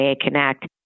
Connect